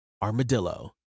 Armadillo